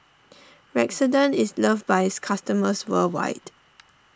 Redoxon is loved by its customers worldwide